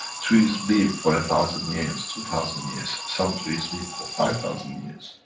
trees live for a thousand years, two thousand years. some trees live for five thousand years.